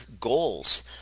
goals